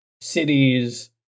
cities